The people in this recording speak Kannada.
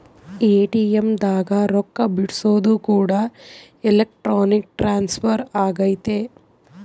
ಎ.ಟಿ.ಎಮ್ ದಾಗ ರೊಕ್ಕ ಬಿಡ್ಸೊದು ಕೂಡ ಎಲೆಕ್ಟ್ರಾನಿಕ್ ಟ್ರಾನ್ಸ್ಫರ್ ಅಗೈತೆ